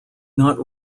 not